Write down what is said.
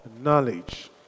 knowledge